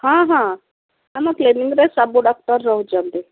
ହଁ ହଁ ଆମ କ୍ଲିନିକ୍ରେ ସବୁ ଡାକ୍ତର ରହୁଛନ୍ତି